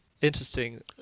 interesting